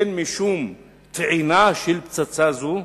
משום טעינה של פצצה זו?